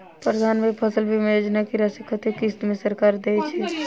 प्रधानमंत्री फसल बीमा योजना की राशि कत्ते किस्त मे सरकार देय छै?